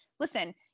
listen